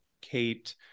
Kate